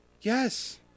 Yes